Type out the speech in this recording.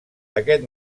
aquest